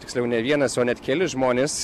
tiksliau ne vienas o net keli žmonės